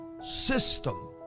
system